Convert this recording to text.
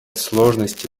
сложности